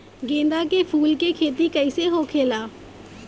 गेंदा के फूल की खेती कैसे होखेला?